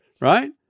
right